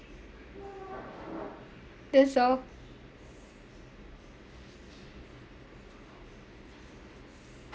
that's all